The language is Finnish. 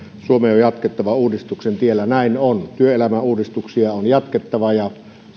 suomen on jatkettava uudistuksen tiellä näin on työelämäuudistuksia on jatkettava ja